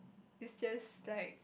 it's just like